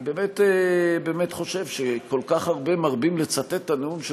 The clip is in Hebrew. אני באמת חושב שכל כך הרבה מרבים לצטט את הנאום של